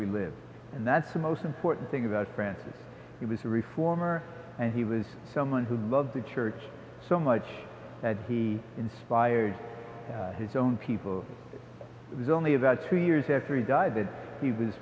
we live and that's the most important thing about francis it was a reformer and he was someone who loved the church so much that he inspired his own people it was only about two years after he died that he was